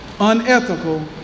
Unethical